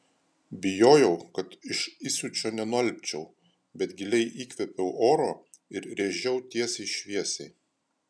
bijojau kad iš įsiūčio nenualpčiau bet giliai įkvėpiau oro ir rėžiau tiesiai šviesiai